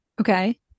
Okay